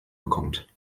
bekommt